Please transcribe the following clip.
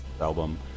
album